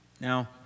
Now